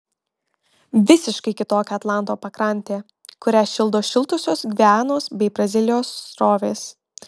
visiškai kitokia atlanto pakrantė kurią šildo šiltosios gvianos bei brazilijos srovės